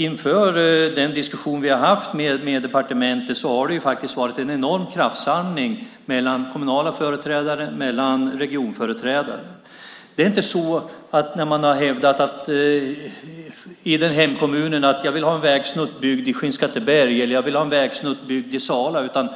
Inför den diskussion som vi haft med departementet har det i Mälardalen varit en enorm kraftsamling mellan kommunala företrädare och regionföreträdare. Det är inte så att man i hemkommunen har hävdat att man vill ha en vägsnutt byggd i Skinnskatteberg eller i Sala, utan